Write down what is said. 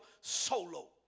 solo